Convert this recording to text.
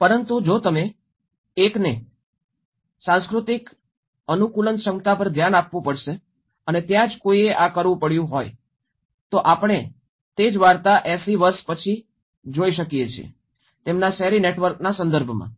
પરંતુ જો તમે એકને સાંસ્કૃતિક અનુકૂલનક્ષમતા પર ધ્યાન આપવું પડશે અને ત્યાં જ કોઈએ આ કરવું પડ્યું હોય તો આપણે તે જ વાર્તા 80 વર્ષ પછી જોઈ શકીએ છીએ તેમના શેરી નેટવર્કના સંદર્ભમાં